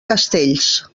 castells